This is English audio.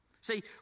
See